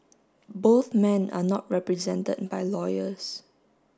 both men are not represented by lawyers